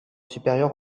supérieure